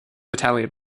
italian